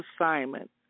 assignment